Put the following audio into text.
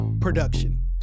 production